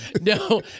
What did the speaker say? No